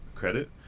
credit